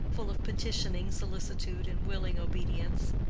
full of petitioning solicitude and willing obedience.